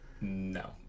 no